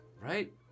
Right